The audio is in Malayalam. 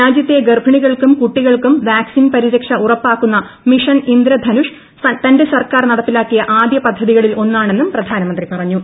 രാജ്യത്തെ ഗർഭിണികൾക്കും കുട്ടികൾക്കും വാക്സിൻ പരിരക്ഷ ഉറപ്പാക്കുന്ന മിഷൻ ഇന്ദ്രധനുഷ് തന്റെ സർക്കാർ നടപ്പിലാക്കിയ ് ആദ്യ പദ്ധതികളിൽ ഒന്നാണെന്നും പ്രധാനമന്ത്രി പറഞ്ഞു